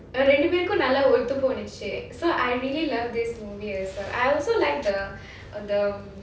ரெண்டு பேருக்கும் நல்லா ஒத்துப்போயிருந்துச்சு:rendu perukum nallaa othu poirunthuchu so I really love this movie as well I also like the the